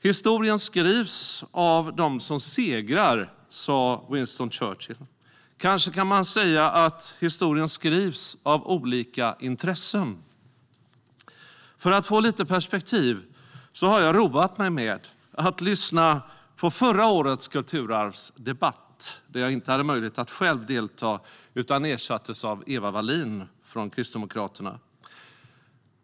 Historien skrivs av dem som segrar, sa Winston Churchill. Kanske man kan säga att historien skrivs av olika intressen. För att få lite perspektiv har jag roat mig med att lyssna på förra årets kulturarvsdebatt, där jag inte hade möjlighet att själv delta utan ersattes av Eva Wallin för Kristdemokraterna.